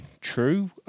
true